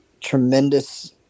tremendous